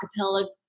acapella